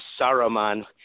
Saruman